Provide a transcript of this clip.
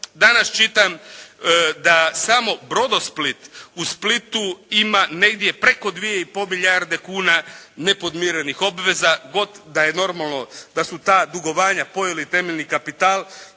Danas čitam da samo "Brodosplit" u Splitu ima negdje preko 2 i pol milijarde kuna nepodmirenih obveza, da je normalno da su ta dugovanja pojeli temeljni kapital